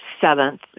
seventh